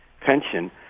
pension